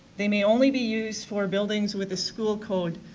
they may only be used for buildings with a school code.